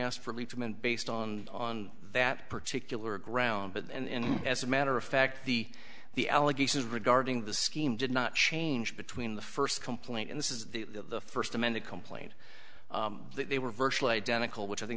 lieberman based on on that particular ground but and as a matter of fact the the allegations regarding the scheme did not change between the first complaint and this is the first amended complaint that they were virtually identical which i think